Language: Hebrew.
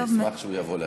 אני אשמח שהוא יבוא להשיב.